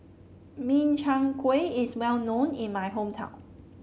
Min Chiang Kueh is well known in my hometown